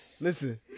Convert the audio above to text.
Listen